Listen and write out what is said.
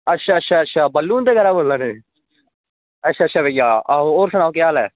अच्छा अच्छा बल्लु हुंदे घरा बोल्ला नै अच्छा अच्छा भैया होर सनाओ केह् हाल चाल ऐ